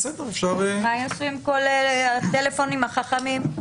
מה יעשו כל אלה עם הטלפונים החכמים?